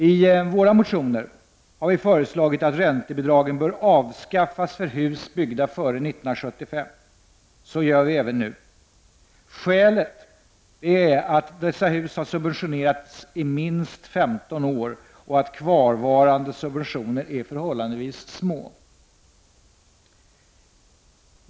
I våra motioner har vi föreslagit att räntebidragen bör avskaffas för hus byggda före 1975. Så gör vi även nu. Skälet är att dessa hus har subventionerats i minst 15 år och att kvarvarande subventioner är förhållandevis små.